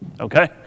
Okay